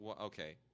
Okay